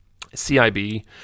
CIB